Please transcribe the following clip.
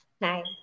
Nice